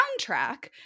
soundtrack